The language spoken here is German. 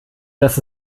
das